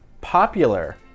popular